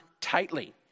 tightly